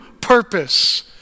purpose